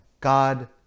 God